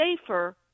safer